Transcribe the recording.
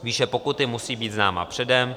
Výše pokuty musí být známa předem.